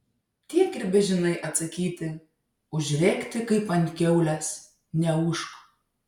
tiek ir bežinai atsakyti užrėkti kaip ant kiaulės neūžk